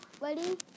ready